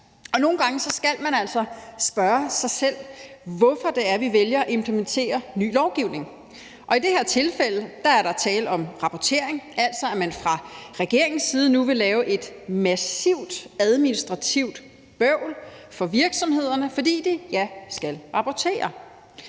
Nogle gange skal man altså spørge sig selv, hvorfor vi vælger at implementere ny lovgivning, og i det her tilfælde er der tale om rapportering, altså at man fra regeringens side nu vil lave et massivt administrativt bøvl for virksomhederne, fordi de, ja, skal rapportere.